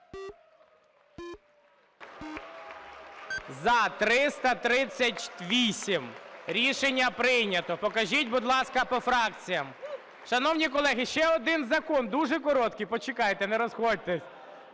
За-338 Рішення прийнято. Покажіть, будь ласка, по фракціям. Шановні колеги, ще один закон, дуже короткий, почекайте, не розходьтесь.